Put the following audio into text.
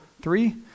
three